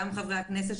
גם חברי הכנסת,